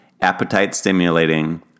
appetite-stimulating